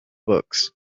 books